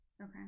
Okay